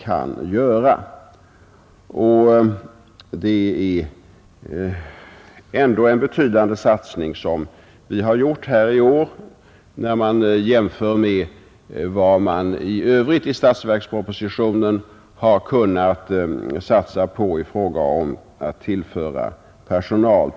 Det är ändå en betydande satsning vi har föreslagit i årets statsverksproposition, om man jämför med vad som har kunnat satsas på att tillföra andra områden personal.